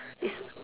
is